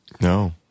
No